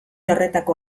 horretako